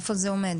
איפה זה עומד?